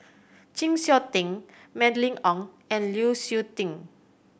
Chng Seok Tin Mylene Ong and Lu Suitin